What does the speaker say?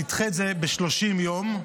נדחה את זה ב-30 יום.